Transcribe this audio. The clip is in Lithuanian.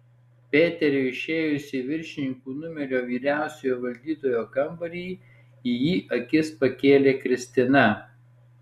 peteriui įėjus į viršininkų numerio vyriausiojo valdytojo kambarį į jį akis pakėlė kristina